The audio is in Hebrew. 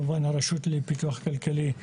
הרשות לפיתוח כלכלי,